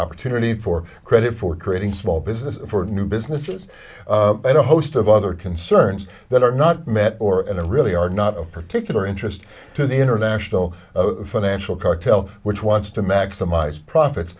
opportunity for credit for creating small business for new businesses to host of other concerns that are not met or and really are not of particular interest to the international financial cartel which wants to maximize profits